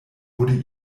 wurde